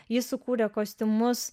ji sukūrė kostiumus